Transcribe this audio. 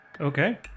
Okay